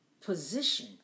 position